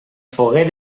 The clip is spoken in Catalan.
foguer